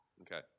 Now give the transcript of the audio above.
Okay